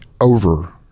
over-